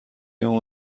اون